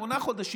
שמונה חודשים,